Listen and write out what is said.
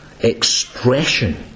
expression